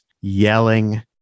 yelling